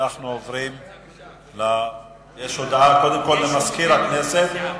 הודעה לסגן מזכיר הכנסת,